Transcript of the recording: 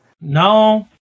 No